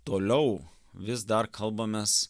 toliau vis dar kalbamės